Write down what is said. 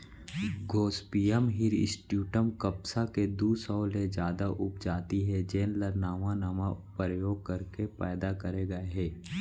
Gossypium hirsutum कपसा के दू सौ ले जादा उपजाति हे जेन ल नावा नावा परयोग करके पैदा करे गए हे